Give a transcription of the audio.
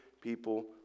people